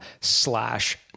slash